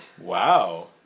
Wow